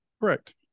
Correct